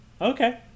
okay